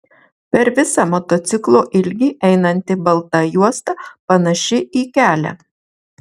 per visą motociklo ilgį einanti balta juosta panaši į kelią